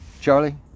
Charlie